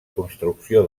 construcció